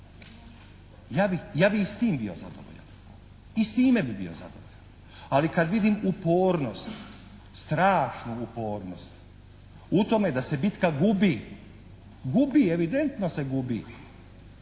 Ja bi i s tim bio zadovoljan, i s time bi bio zadovoljan. Ali kad vidim upornost, strašnu upornost u tome da se bitka gubi, evidentno se gubi